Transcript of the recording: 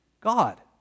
God